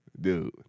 Dude